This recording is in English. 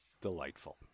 Delightful